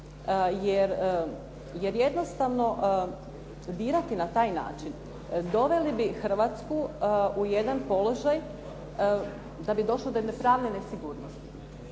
jer jednostavno dirati na taj način doveli bi u Hrvatsku u jedan položaj da bi došlo do jedne pravne nesigurnosti.